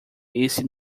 esse